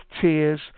Tears